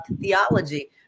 theology